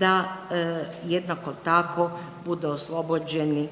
da jednako tako budu oslobođeni